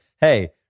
Hey